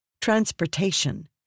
transportation